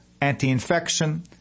anti-infection